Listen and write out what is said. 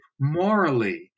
morally